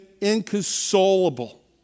inconsolable